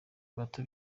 bato